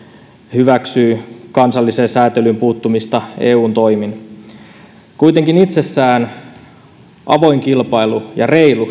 hyväksyy kansalliseen sääntelyyn puuttumisen eun toimin kuitenkin itsessään avoin kilpailu ja reilu